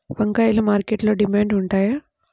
వంకాయలు మార్కెట్లో డిమాండ్ ఉంటాయా?